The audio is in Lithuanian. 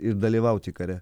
ir dalyvauti kare